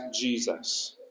Jesus